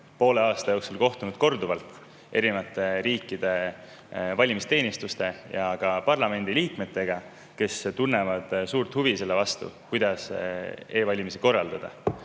poole aasta jooksul kohtunud korduvalt erinevate riikide valimisteenistuste ja ka parlamendiliikmetega, kes tunnevad suurt huvi selle vastu, kuidas e‑valimisi korraldada.